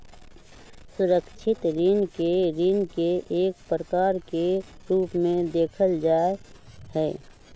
सुरक्षित ऋण के ऋण के एक प्रकार के रूप में देखल जा हई